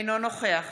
אינו נוכח